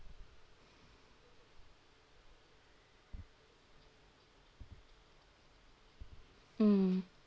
mm